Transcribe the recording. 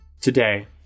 Today